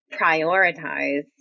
prioritize